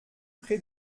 pré